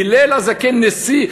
הלל הזקן נשיא,